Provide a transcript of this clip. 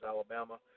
Alabama